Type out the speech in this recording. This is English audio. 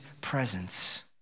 presence